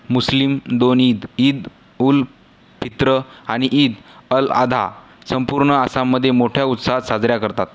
मुस्लीम दोन ईद ईद उल फित्र आणि ईद अल आधा संपूर्ण आसाममध्ये मोठ्या उत्साहात साजऱ्या करतात